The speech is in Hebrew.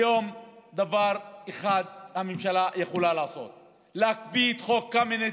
היום הממשלה יכולה לעשות דבר אחד: להקפיא את חוק קמיניץ,